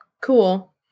cool